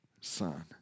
son